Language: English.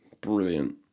Brilliant